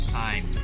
time